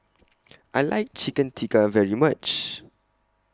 I like Chicken Tikka very much